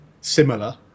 similar